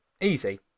Easy